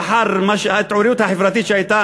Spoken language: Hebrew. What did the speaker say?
לאחר ההתעוררות החברתית שהייתה